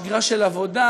שגרה של עבודה,